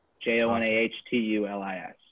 J-O-N-A-H-T-U-L-I-S